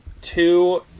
two